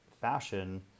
fashion